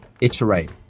iterate